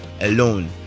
alone